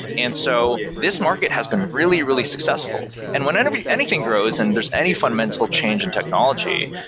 and so this market has been really, really successful. and whenever anything grows and there's any fundamental change in technology,